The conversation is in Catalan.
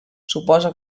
suposa